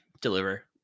deliver